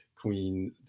queen